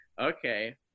Okay